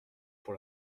pour